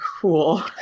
cool